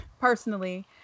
personally